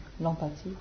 l'empathie